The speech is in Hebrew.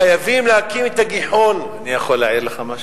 חייבים להקים את "הגיחון" אני יכול להעיר לך משהו?